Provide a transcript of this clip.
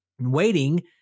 waiting